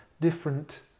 different